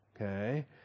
okay